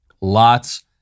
Lots